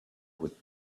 with